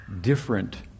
different